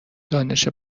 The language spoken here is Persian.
دانش